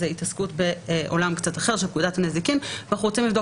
זאת התעסקות בעולם קצת אחר של פקודת הנזיקין ואנחנו רוצים לבדוק